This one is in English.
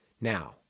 Now